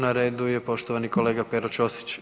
Na redu je poštovani kolega Pero Ćosić.